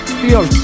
feel